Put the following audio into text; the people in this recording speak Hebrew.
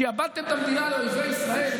שעבדתם את המדינה לאויבי ישראל,